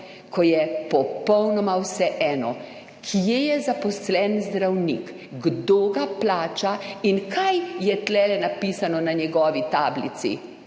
ko je popolnoma vseeno kje je zaposlen zdravnik, kdo ga plača in kaj je tu napisano na njegovi tablici.